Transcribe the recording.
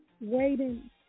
waiting